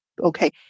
okay